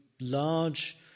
large